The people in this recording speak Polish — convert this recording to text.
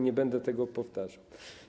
Nie będę tego powtarzał.